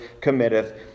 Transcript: committeth